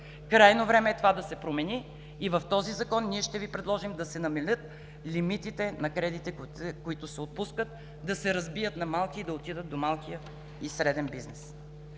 Крайно време е това да се промени и в този Закон ние ще Ви предложим да се намалят лимитите на кредитите, които се отпускат, да се разбият на малки и да отидат до малкия и среден бизнес.